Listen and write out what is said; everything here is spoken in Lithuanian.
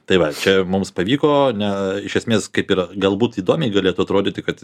tai va čia mums pavyko ne iš esmės kaip ir galbūt įdomiai galėtų atrodyti kad